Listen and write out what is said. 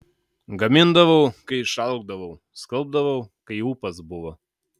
gamindavau kai išalkdavau skalbdavau kai ūpas buvo